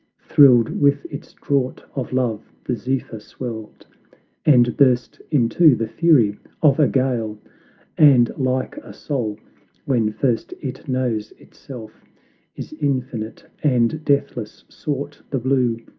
thrilled with its draught of love, the zephyr swelled and burst into the fury of a gale and like a soul when first it knows itself is infinite and deathless, sought the blue,